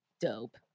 dope